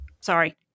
sorry